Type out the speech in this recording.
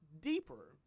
deeper